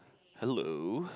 hello